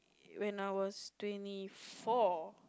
when I was twenty four